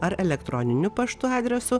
ar elektroniniu paštu adresu